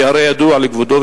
כי הרי ידוע לכבודו,